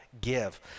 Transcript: give